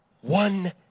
one